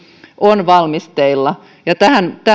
on valmisteilla ja